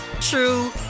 true